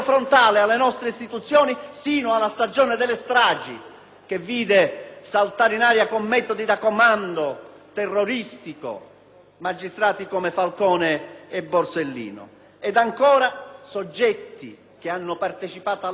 che vide saltare in aria, con metodi da commando terroristico, magistrati come Falcone e Borsellino. E, ancora, si tratta di soggetti che hanno partecipato alle stragi di recente sono stati